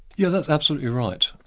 yeah that's absolutely right.